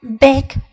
big